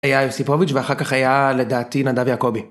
היה יוסיפוביץ', ואחר כך היה, לדעתי, נדב יעקבי.